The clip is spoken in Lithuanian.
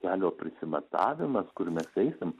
kelio prisimatavimas kur mes eisim